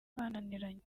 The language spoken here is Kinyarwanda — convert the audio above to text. bananiranye